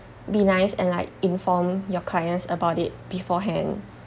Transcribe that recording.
be nice and like inform your clients about it beforehand